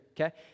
okay